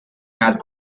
had